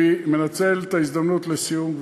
לסיום,